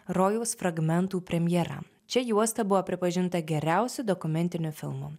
rojaus fragmentų premjera čia juosta buvo pripažinta geriausiu dokumentiniu filmu